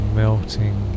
melting